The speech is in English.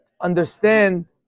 understand